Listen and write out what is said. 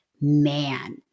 man